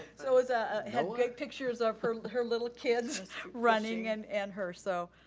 so ah so ah had pictures of her her little kids running and and her so